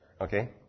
Okay